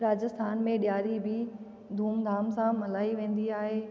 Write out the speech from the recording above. राजस्थान में ॾियारी बि धूम धाम सां मल्हाई वेंदी आहे